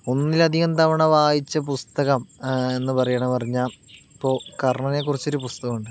ഒന്നിലധികം തവണ വായിച്ച പുസ്തകം എന്ന് പറയുകയാണ് പറഞ്ഞാൽ ഇപ്പോൾ കർണ്ണനെക്കുറിച്ചൊരു പുസ്തകമുണ്ട്